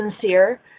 sincere